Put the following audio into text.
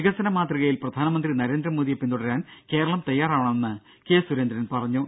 വികസന മാതൃകയിൽ പ്രധാനമന്ത്രി നരേന്ദ്ര മോദിയെ പിന്തുടരാൻ കേരളം തയ്യാറാവണമെന് കെ സുരേന്ദ്രൻ പറഞ്ഞു